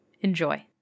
Enjoy